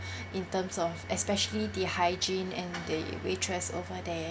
in terms of especially the hygiene and the waitress over there